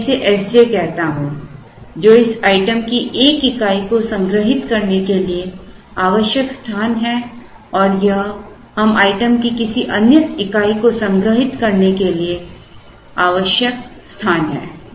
तो मैं इसे S j कहता हूं जो इस आइटम की एक इकाई को संग्रहीत करने के लिए आवश्यक स्थान है और यह इस आइटम की किसी अन्य इकाई को संग्रहीत करने के लिए आवश्यक स्थान है